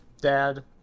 dad